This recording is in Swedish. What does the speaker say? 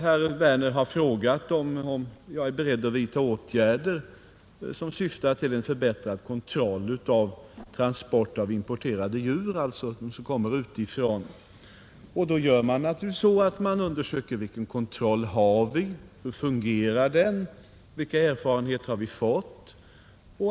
Herr Werner i Malmö har frågat om jag är beredd att vidta åtgärder som syftar till en förbättrad kontroll av transport av importerade djur — dvs. de som kommer från utlandet. Efter en sådan fråga undersöker man naturligtvis vilken kontroll vi har, om den fungerar och vilka erfarenheter som vunnits.